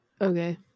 Okay